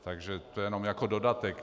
Takže to jenom jako dodatek.